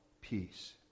peace